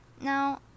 Now